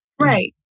Right